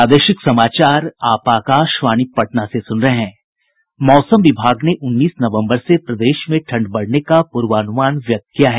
मौसम विभाग ने उन्नीस नवम्बर से प्रदेश में ठंड बढ़ने का पूर्वान्मान व्यक्त किया है